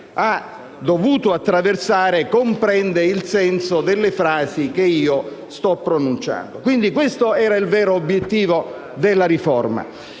ha dovuto attraversare, comprende il senso delle frasi che sto pronunciando. Quindi questo era il vero obiettivo della riforma.